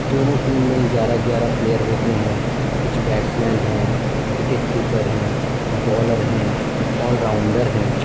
دونوں ٹیم میں گیارہ گیارہ پلیر ہوتے ہیں کچھ بیٹس مین ہیں وکٹ کیپر ہیں بالر ہیں آل راؤنڈر ہیں